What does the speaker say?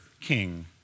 king